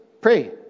pray